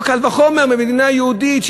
לא קל וחומר במדינה יהודית,